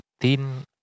thin